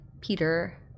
Peter